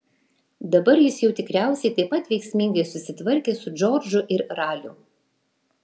dabar jis jau tikriausiai taip pat veiksmingai susitvarkė su džordžu ir raliu